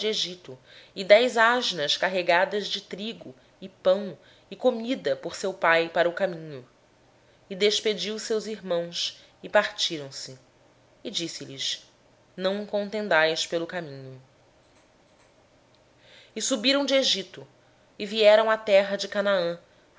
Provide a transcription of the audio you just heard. egito e dez jumentas carregadas de trigo pão e provisão para seu pai para o caminho assim despediu seus irmãos e ao partirem eles disse-lhes não contendais pelo caminho então subiram do egito vieram à terra de canaã